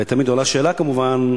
תמיד עולה שאלה כמובן,